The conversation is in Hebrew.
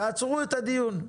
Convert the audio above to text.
תעצרו את הדיון.